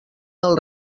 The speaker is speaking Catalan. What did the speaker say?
del